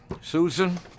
Susan